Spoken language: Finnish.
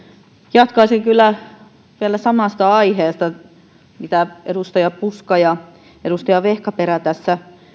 jatkaisin kyllä vielä samasta aiheesta mistä edustaja puska ja edustaja vehkaperä tässä